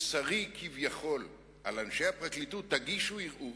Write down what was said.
מוסרי כביכול על אנשי הפרקליטות, תגישו ערעור,